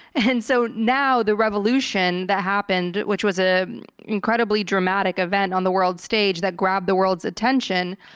and so now the revolution that happened which was ah incredibly dramatic event on the world stage that grabbed the world's attention,